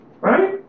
Right